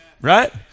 Right